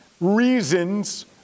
reasons